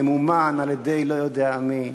ממומן על-ידי לא יודע מי,